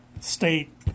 state